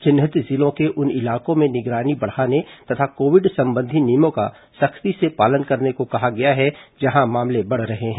चिन्हित जिलों के उन इलाकों में निगरानी बढ़ाने तथा कोविड संबंधी नियमों का सख्ती से पालन करने को कहा गया है जहां मामले बढ़ रहे हैं